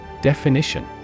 Definition